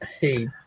Hey